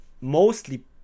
mostly